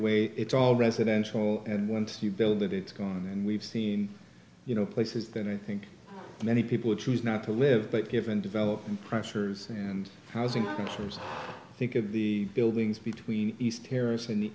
away it's all residential and once you build it it's gone and we've seen you know places that i think many people choose not to live but given development pressures and housing options i think of the buildings between east harrison and the